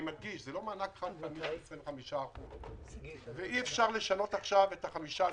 ואני מדגיש שזה לא מענק חד-פעמי של 25%. אי אפשר לשנות עכשיו את ה-15%.